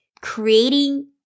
creating